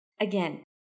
again